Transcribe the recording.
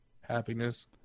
Happiness